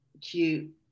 cute